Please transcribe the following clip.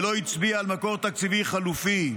ולא הצביע על מקור תקציבי חלופי,